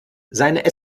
seine